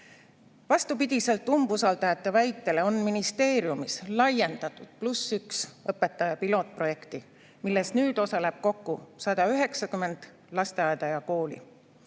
Vastupidi umbusaldajate väitele on ministeeriumis laiendatud "+1 õpetaja" pilootprojekti, milles nüüd osaleb kokku 190 lasteaeda ja kooli.